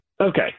Okay